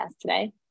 today